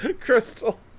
Crystal